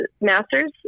master's